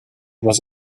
was